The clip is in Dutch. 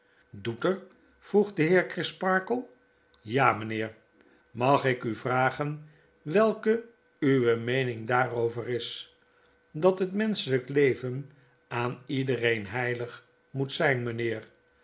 doet er vroeg de heer crisparkle ja mijnheer mag ik u vragen welke uwe meening daarover is dat het menschelp leven aan iedereen heilig moet zp meneer